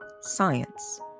Science